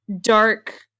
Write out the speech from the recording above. dark